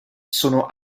sono